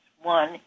One